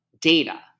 data